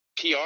PR